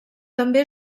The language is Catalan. també